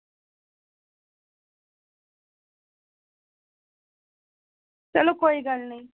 चलो कोई गल्ल निं